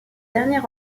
dernier